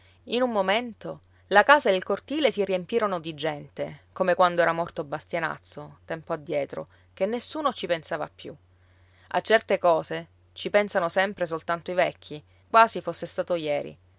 in un momento la casa e il cortile si riempirono di gente come quando era morto bastianazzo tempo addietro che nessuno ci pensava più a certe cose ci pensano sempre soltanto i vecchi quasi fosse stato ieri